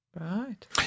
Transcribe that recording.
Right